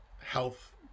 health